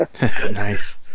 Nice